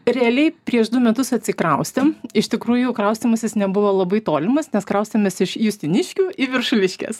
realiai prieš du metus atsikraustėm iš tikrųjų kraustymasis nebuvo labai tolimas nes kraustėmės iš justiniškių į viršuliškes